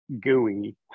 gooey